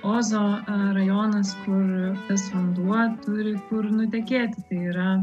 ozo rajonas kur tas vanduo turi kur nutekėti tai yra